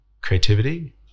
creativity